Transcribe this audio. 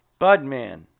Budman